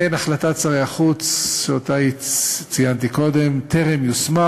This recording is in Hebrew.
ואכן, החלטת שרי החוץ שציינתי קודם טרם יושמה.